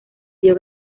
dio